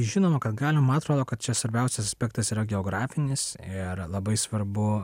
žinoma kad galimaman atrodo kad čia svarbiausias aspektas yra geografinis ir labai svarbu